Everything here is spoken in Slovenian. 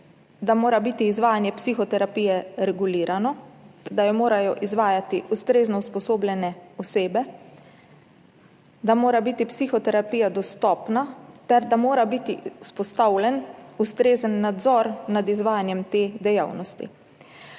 da mora biti izvajanje psihoterapije regulirano, da jo morajo izvajati ustrezno usposobljene osebe, da mora biti psihoterapija dostopna ter da mora biti vzpostavljen ustrezen nadzor nad izvajanjem te dejavnosti.